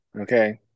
Okay